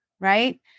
right